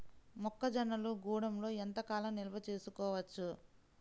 మొక్క జొన్నలు గూడంలో ఎంత కాలం నిల్వ చేసుకోవచ్చు?